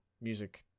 music